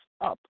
up